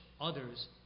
others